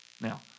Now